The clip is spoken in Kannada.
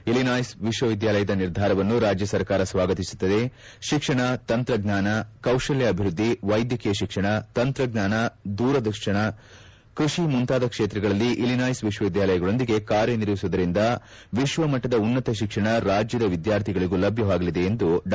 ಇಲಿನಾಯ್ಸ್ ವಿಶ್ವವಿದ್ಯಾಲಯದ ನಿರ್ಧಾರವನ್ನು ರಾಜ್ಯ ಸರ್ಕಾರ ಸ್ವಾಗತಿಸುತ್ತದೆ ಶಿಕ್ಷಣ ತಂತ್ರಜ್ಞಾನ ಕೌಶಲ್ಯ ಅಭಿವೃದ್ಧಿ ವೈದ್ಯಕೀಯ ಶಿಕ್ಷಣ ತಂತ್ರಜ್ಞಾನ ದೂರಶಿಕ್ಷಣ ಕೃಷಿ ಮುಂತಾದ ಕ್ಷೇತ್ರಗಳಲ್ಲಿ ಇಲಿನಾಯ್ಸ್ ವಿಶ್ವವಿದ್ಯಾಲಯದೊಂದಿಗೆ ಕಾರ್ಯನಿರ್ವಹಿಸುವುದರಿಂದ ವಿಶ್ವಮಟ್ಟದ ಉನ್ನತ ಶಿಕ್ಷಣ ರಾಜ್ಯದ ವಿದ್ಯಾರ್ಥಿಗಳಿಗೂ ಲಭ್ಯವಾಗಲಿದೆ ಎಂದು ಡಾ